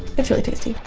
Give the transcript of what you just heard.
it's really tasty.